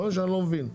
אני לא מבין,